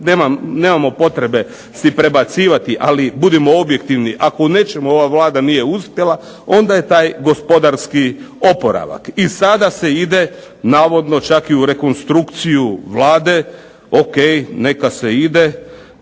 nemamo potrebe si prebacivati, ali budimo objektivni, ako u nečemu ova Vlada nije uspjela onda je taj gospodarski oporavak. I sada se ide navodno čak i u rekonstrukciju Vlade, ok, neka se ide,